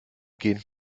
gehen